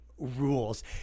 Rules